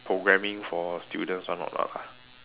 programming for students one or what [ah]s